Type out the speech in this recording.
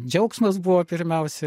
džiaugsmas buvo pirmiausia